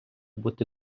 бути